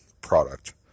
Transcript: product